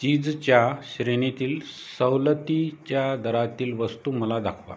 चीजच्या श्रेणीतील सवलतीच्या दरातील वस्तू मला दाखवा